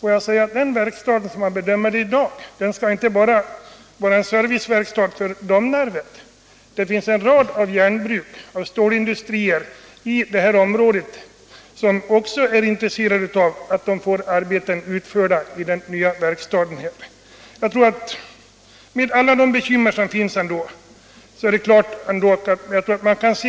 Den verkstaden, som man bedömer den i dag, skall ju inte bara vara en serviceverkstad för Domnarvet, utan det finns en rad järnbruk och stålindustrier i det här området som också är intresserade av att få arbeten utförda i den nya verkstaden. Jag tror att man trots de bekymmer som finns ändock